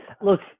Look